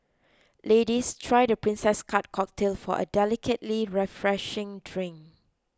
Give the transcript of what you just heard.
ladies try the Princess Cut cocktail for a delicately refreshing drink